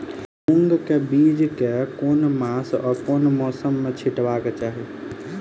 मूंग केँ बीज केँ मास आ मौसम मे छिटबाक चाहि?